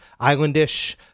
Islandish